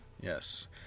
Yes